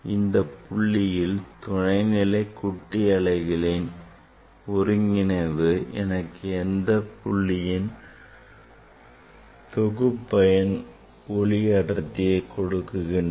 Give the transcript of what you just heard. இந்தப் புள்ளியில் துணைநிலை குட்டி அலைகளின் ஒருங்கிணைவு எனக்கு இந்தப் புள்ளியின் தொகுபயன் ஒளி அடர்த்தியை கொடுக்கின்றன